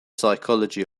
psychology